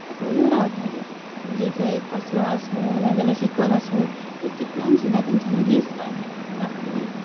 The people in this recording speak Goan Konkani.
ते खंयूय रावताले म्हणजे जंय पसरो आसूं नाजाल्यार चिखल आसूं त्या चिखलान सुद्दां तेंच्यांनी दीस काडला त्या लोकांनी